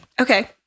Okay